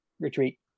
Retreat